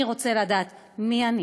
אני רוצה לדעת מי אני.